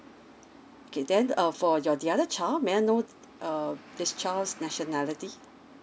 okay then uh for your the other child may I know err this child's nationality